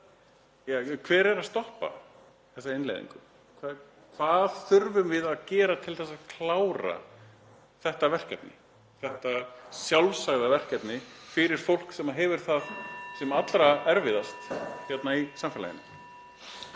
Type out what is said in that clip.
Hver er að stoppa þessa innleiðingu? Hvað þurfum við að gera til að klára þetta verkefni, þetta sjálfsagða verkefni fyrir fólk sem hefur það sem allra erfiðast í samfélaginu?